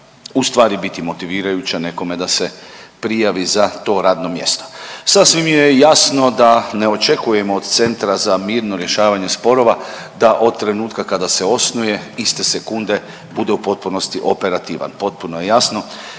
ustvari biti motivirajuća nekome da se prijavi za to radno mjesto. Sasvim je jasno da ne očekujemo od Centra za mirno rješavanje sporova da od trenutka kada se osnuje iste sekunde bude u potpunosti operativan, potpuno je jasno